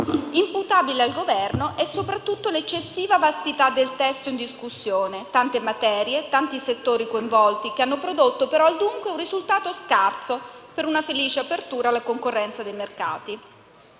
Imputabile al Governo è soprattutto l'eccessiva vastità del testo in discussione: tante materie, tanti settori coinvolti che hanno prodotto però, al dunque, un risultato scarso per una felice apertura alla concorrenza dei mercati.